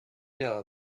know